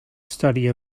study